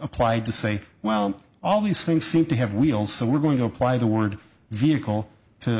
applied to say well all these things seem to have wheels and we're going to apply the word vehicle to